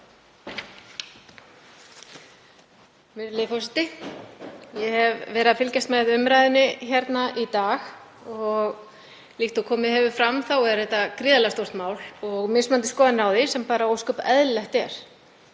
Virðulegi forseti. Ég hef verið að fylgjast með umræðunni hérna í dag og líkt og komið hefur fram er þetta gríðarlega stórt mál og mismunandi skoðanir á því sem er bara ósköp eðlilegt.